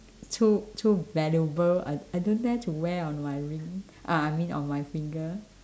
too too valuable I I don't dare to wear on my ring ah I mean on my finger